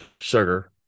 sugar